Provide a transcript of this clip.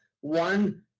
One